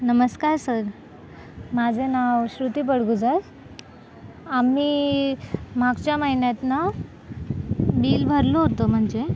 नमस्कार सर माझं नाव श्रुती बडगुजार आम्ही मागच्या महिन्यातन बिल भरलो होतो म्हणजे